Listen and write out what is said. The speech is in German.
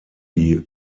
die